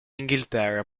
inghilterra